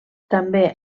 també